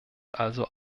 also